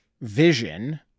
vision